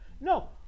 No